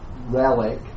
relic